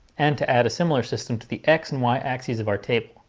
and to add a similar system to the x and y axes of our table,